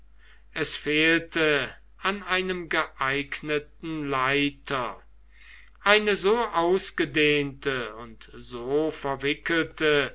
es fehlte an einem geeigneten leiter eine so ausgedehnte und so verwickelte